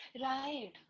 Right